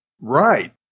Right